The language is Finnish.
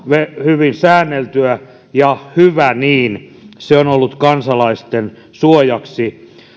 hyvin säänneltyä hyvä niin se on ollut kansalaisten suojaksi